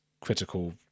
critical